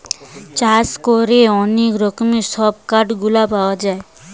চাষ করে অনেক রকমের সব কাঠ গুলা পাওয়া যায়